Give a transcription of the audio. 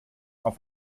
auf